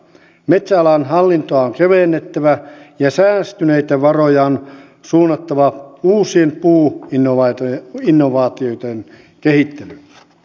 metsäalan hallintoa on kevennettävä ja säästyneitä varoja on suunnattava uusiin puuinnovaatioiden kehittelyyn